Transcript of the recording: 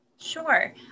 Sure